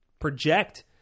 project